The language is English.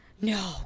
No